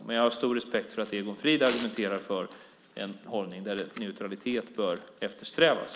Men jag har stor respekt för att Egon Frid argumenterar för en hållning där neutralitet bör eftersträvas.